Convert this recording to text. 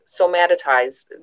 somatized